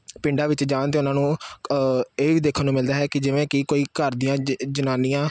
ਪਿੰਡਾਂ ਵਿੱਚ ਜਾਣ 'ਤੇ ਉਹਨਾਂ ਨੂੰ ਇਹ ਵੀ ਦੇਖਣ ਨੂੰ ਮਿਲਦਾ ਹੈ ਕਿ ਜਿਵੇਂ ਕਿ ਕੋਈ ਘਰ ਦੀਆਂ ਜ ਜਨਾਨੀਆਂ